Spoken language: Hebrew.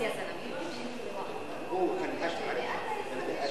אצלנו כתוב: ג'מאל זחאלקה, דקה.